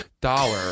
dollar